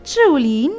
Truly